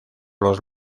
los